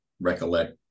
recollect